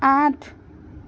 আঠ